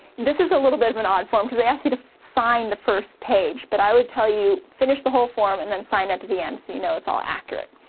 this is a little bit of an odd form cuz they ask you to sign the first page but i would tell you finish the whole form, and then sign at the end so you know it's all accurate.